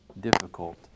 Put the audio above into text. difficult